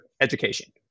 education